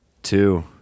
Two